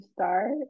start